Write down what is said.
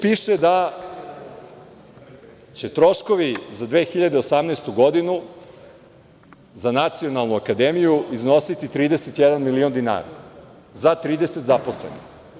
Piše da će troškovi za 2018. godinu za Nacionalnu akademiju iznositi 31 milion dinara za 30 zaposlenih.